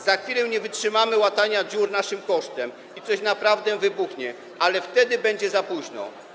Za chwilę nie wytrzymamy łatania dziur naszym kosztem i coś naprawdę wybuchnie, ale wtedy będzie za późno.